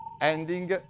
Ending